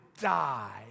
die